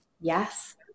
Yes